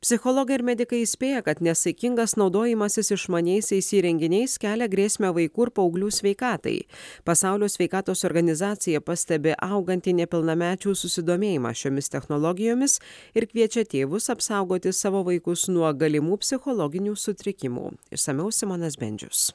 psichologai ir medikai įspėja kad nesaikingas naudojimasis išmaniaisiais įrenginiais kelia grėsmę vaikų ir paauglių sveikatai pasaulio sveikatos organizacija pastebi augantį nepilnamečių susidomėjimą šiomis technologijomis ir kviečia tėvus apsaugoti savo vaikus nuo galimų psichologinių sutrikimų išsamiau simonas bendžius